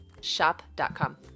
shop.com